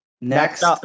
Next